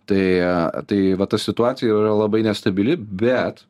tai tai vat ta situacija yra labai nestabili bet